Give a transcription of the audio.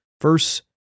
first